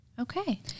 Okay